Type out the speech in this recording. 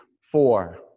four